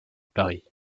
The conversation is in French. paris